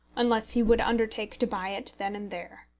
unless he would undertake to buy it then and there.